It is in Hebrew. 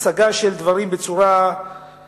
הצגה של דברים בצורה ליברלית.